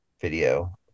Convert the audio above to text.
Video